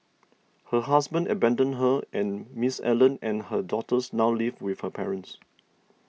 her husband abandoned her and Miss Allen and her daughters now live with her parents